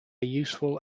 useful